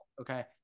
okay